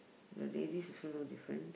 the ladies also no difference